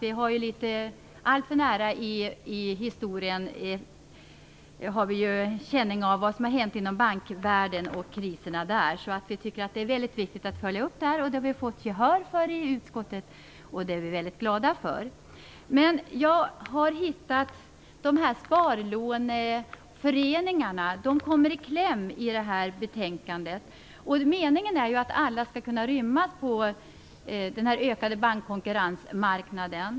Det var ju inte alltför länge sedan som vi fick känna av det som hände inom bankvärlden med dess kriser. Vi tycker därför att det är väldigt viktigt att det görs en uppföljning. Det har vi fått gehör för i utskottet, vilket vi är glada för. Men jag har funnit att sparlåneföreningarna kommer i kläm i betänkandet. Meningen är ju att alla skall kunna rymmas på den ökade bankkonkurrensmarknaden.